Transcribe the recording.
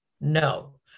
No